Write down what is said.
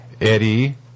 Eddie